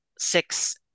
six